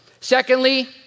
Secondly